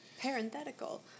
Parenthetical